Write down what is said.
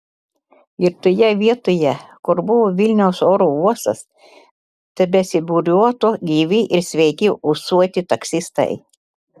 ir toje vietoje kur buvo vilniaus oro uostas tebesibūriuotų gyvi ir sveiki ūsuoti taksistai